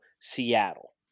Seattle